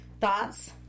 Thoughts